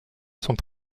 sont